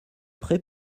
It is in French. pré